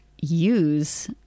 use